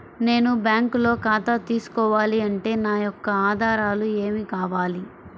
నేను బ్యాంకులో ఖాతా తీసుకోవాలి అంటే నా యొక్క ఆధారాలు ఏమి కావాలి?